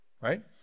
right